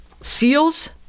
seals